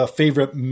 favorite